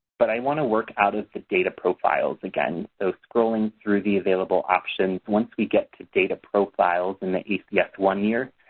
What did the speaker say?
but i want to work out of the data profiles again. so scrolling through the available options, once we get to data profiles in the acs one year,